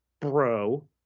bro